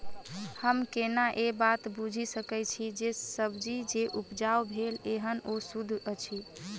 हम केना ए बात बुझी सकैत छी जे सब्जी जे उपजाउ भेल एहन ओ सुद्ध अछि?